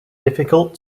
difficult